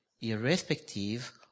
irrespective